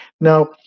Now